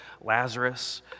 Lazarus